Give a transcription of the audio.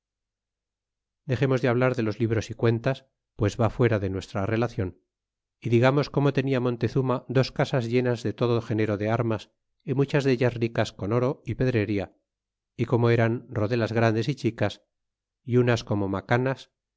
dexemos de hablar de los libros y cuentas pues va fuera de nuestra relacion y digamos como tenia montezurna dos casas llenas de todo género de armas y muchas deltas ricas con oro y pedrería como eran rodelas grandes y chicas y unas como macanas